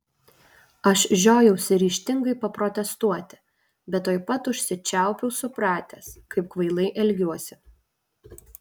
aš žiojausi ryžtingai paprotestuoti bet tuoj pat užsičiaupiau supratęs kaip kvailai elgiuosi